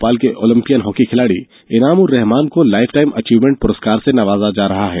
भोपाल के Olympian hockey खिलाडी इनाम उर रेहमान को लाइफ टाइम अचीवमेंट पुरस्कार से नवाज़ा जा रहा है